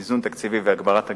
איזון תקציבי והגברת הגבייה.